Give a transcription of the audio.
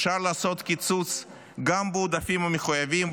אפשר לקצץ גם בעודפים המחויבים,